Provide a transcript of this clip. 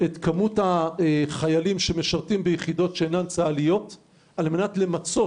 את כמות החיילים שמשרתים ביחידות שאינן צה"ליות על מנת למצות